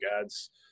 ads